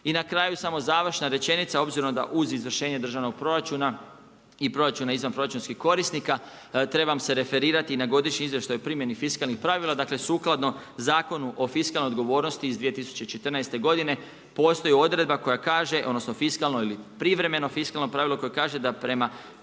I na kraju, samo završna rečenica obzirom da uz izvršenje državnom proračuna i proračuna izvanproračunskih korisnika, treba se referirati na godišnji izvještaj u primjeni fiskalnih pravila, dakle sukladno Zakonu o fiskalnoj odgovornosti iz 2014. godine, postoji odredba koja kaže odnosno fiskalno ili privremeno fiskalno pravilo koje kaže da